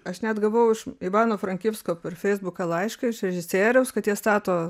aš net gavau iš ivano frankivsko per feisbuką laišką iš režisieriaus kad jie stato